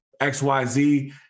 XYZ